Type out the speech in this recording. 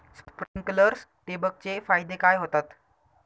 Sprinklers ठिबक चे फायदे काय होतात?